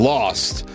Lost